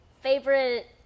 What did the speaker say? Favorite